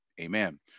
Amen